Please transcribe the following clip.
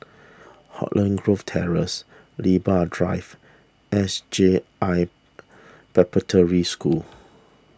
Holland Grove Terrace Libra Drive S J I Preparatory School